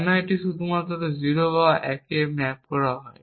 কেন এটি শুধুমাত্র 0 বা 1 তে ম্যাপ করা হয়